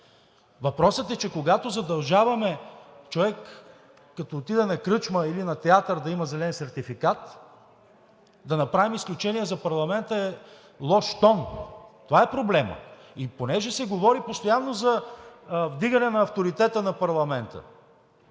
Въпросът е, че когато задължаваме човек, като отиде на кръчма или на театър, да има зелен сертификат – да направим изключение за парламента, е лош тон. Това е проблемът. Понеже се говори постоянно за вдигане на авторитета на парламента